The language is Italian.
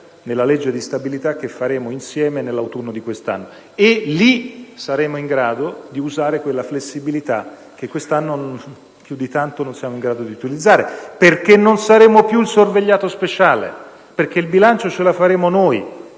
nella legge di stabilità che faremo insieme nell'autunno di quest'anno - saremo in grado di usare quella flessibilità che quest'anno più di tanto non siamo in grado di usare, perché non saremo più il sorvegliato speciale. Il bilancio ce lo faremo noi.